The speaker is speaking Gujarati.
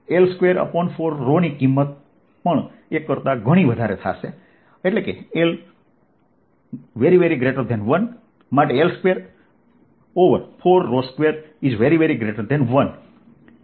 L242ની કિંમત પણ એક કરતા ઘણી ઘણી વધારે છે